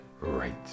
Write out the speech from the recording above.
right